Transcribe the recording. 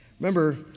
Remember